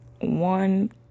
one